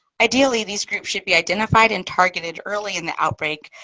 ideally, these groups should be identified and targeted early in the outbreak.